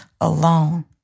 alone